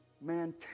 man